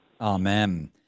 Amen